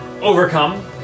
overcome